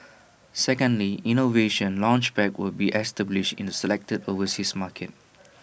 secondly innovation Launchpads will be established in selected overseas markets